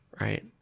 Right